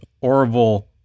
Orville